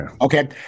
Okay